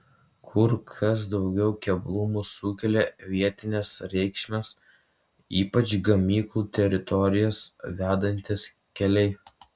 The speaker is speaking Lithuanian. kur kas daugiau keblumų sukelia vietinės reikšmės ypač į gamyklų teritorijas vedantys keliai